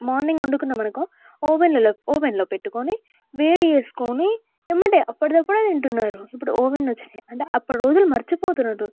morning వండుకున్నాం అనుకో ఓవెన్లలో ఓవెన్లో పెట్టుకొని వేడి చేసుకోని ఎంబటే అప్పటికప్పుడు తింటున్నారు ఇప్పుడు ఓవెన్ లు వచ్చినాయి అంటే అప్పుటి రోజులు మర్చిపోతున్నారు